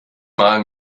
mal